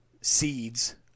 seeds